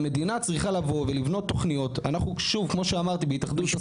המשרד תומך בלהגדיל את המלגה גם למי שמגיע לו